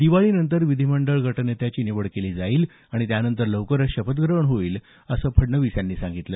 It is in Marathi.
दिवाळीनंतर विधीमंडळ गटनेत्याची निवड केली जाईल आणि त्यानंतर लवकरच शपथग्रहण होईल असं फडणवीस यांनी सांगितलं